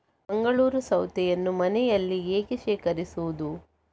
ಮಂಗಳೂರು ಸೌತೆಯನ್ನು ಮನೆಯಲ್ಲಿ ಹೇಗೆ ಶೇಖರಿಸುವುದು?